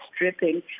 dripping